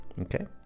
okay